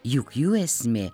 juk jų esmė